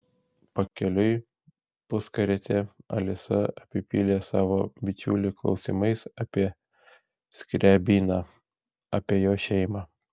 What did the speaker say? pakeliui puskarietėje alisa apipylė savo bičiulį klausimais apie skriabiną apie jo šeimą